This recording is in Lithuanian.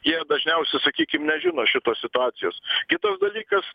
jie dažniausiai sakykim nežino šitos situacijos kitas dalykas